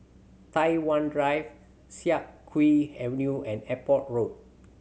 Tai Hwan Drive Siak Kew Avenue and Airport Road